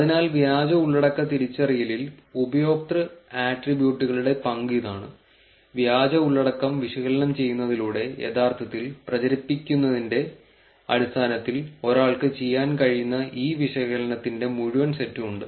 അതിനാൽ വ്യാജ ഉള്ളടക്ക തിരിച്ചറിയലിൽ ഉപയോക്തൃ ആട്രിബ്യൂട്ടുകളുടെ പങ്ക് ഇതാണ് വ്യാജ ഉള്ളടക്കം വിശകലനം ചെയ്യുന്നതിലൂടെ യഥാർത്ഥത്തിൽ പ്രചരിപ്പിക്കുന്നതിന്റെ അടിസ്ഥാനത്തിൽ ഒരാൾക്ക് ചെയ്യാൻ കഴിയുന്ന ഈ വിശകലനത്തിന്റെ മുഴുവൻ സെറ്റും ഉണ്ട്